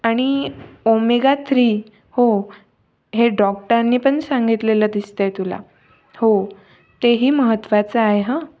आणि omega three हो हे डॉक्टरनी पण सांगितलेलं दिसतं आहे तुला हो तेही महत्त्वाचं आहे हं